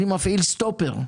אני מפעיל סטופר.